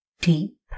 deep